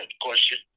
question